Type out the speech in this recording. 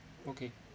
okay